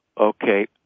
Okay